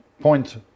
point